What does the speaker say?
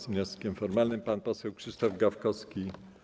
Z wnioskiem formalnym pan poseł Krzysztof Gawkowski.